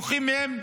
לוקחים מהם,